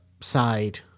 side